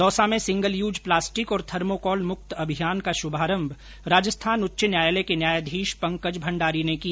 दौसा में single use plastic और thermocol मुक्त अभियान का शुभारम्भ राजस्थान उच्च न्यायालय के न्यायाधीश पंकज भण्डारी ने किया